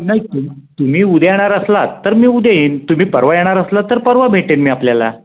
नाही तुम तुम्ही उद्या येणार असलात तर मी उद्या येईन तुम्ही परवा येणार असलात तर परवा भेटेन मी आपल्याला